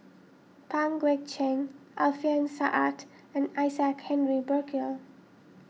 Pang Guek Cheng Alfian Sa'At and Isaac Henry Burkill